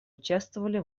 участвовали